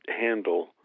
handle